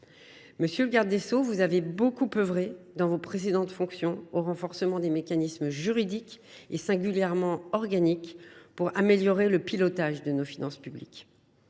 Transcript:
Monsieur le garde des sceaux, vous avez beaucoup œuvré, dans vos précédentes fonctions, au renforcement des mécanismes juridiques, singulièrement organiques, pour améliorer le pilotage de nos finances publiques.